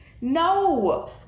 No